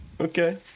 Okay